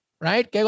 Right